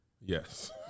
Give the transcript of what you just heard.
Yes